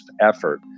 effort